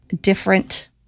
different